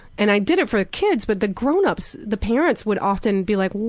and i did it for kids, but the grownups, the parents, would often be like,